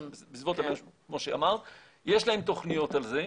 יש להם תוכניות על זה.